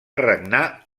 regnar